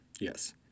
yes